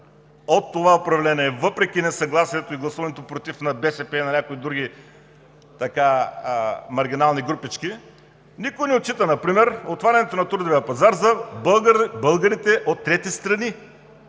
от това управление, въпреки несъгласието и гласуването „против“ на БСП и някои други маргинални групички – никой не отчита например отварянето на трудовия пазар за българите от трети страни?